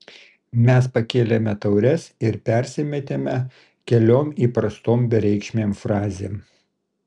mes pakėlėme taures ir persimetėme keliom įprastom bereikšmėm frazėm